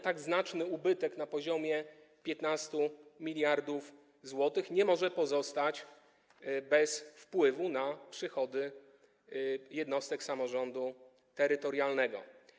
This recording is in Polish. Tak znaczny ubytek na poziomie 15 mld zł nie może pozostać bez wpływu na przychody jednostek samorządu terytorialnego.